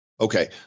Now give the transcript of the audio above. Okay